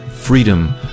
Freedom